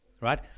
right